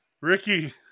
Ricky